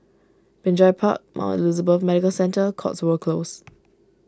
Binjai Park Mount Elizabeth Medical Centre Cotswold Close